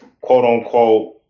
quote-unquote